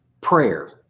prayer